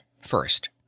First